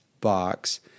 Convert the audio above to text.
box